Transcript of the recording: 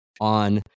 on